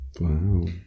Wow